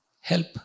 help